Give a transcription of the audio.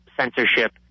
censorship